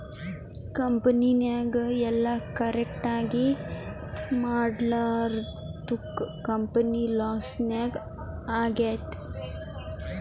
ಕಂಪನಿನಾಗ್ ಎಲ್ಲ ಕರೆಕ್ಟ್ ಆಗೀ ಮಾಡ್ಲಾರ್ದುಕ್ ಕಂಪನಿ ಲಾಸ್ ನಾಗ್ ಆಗ್ಯಾದ್